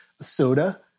soda